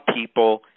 people